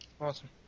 Awesome